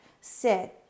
sit